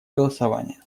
голосование